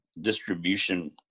distribution